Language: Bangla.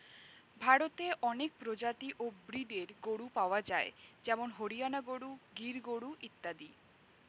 ভারতে অনেক প্রজাতি ও ব্রীডের গরু পাওয়া যায় যেমন হরিয়ানা গরু, গির গরু ইত্যাদি